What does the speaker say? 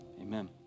amen